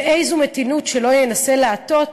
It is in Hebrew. ואיזו מתינות שלא ינסה לעטות,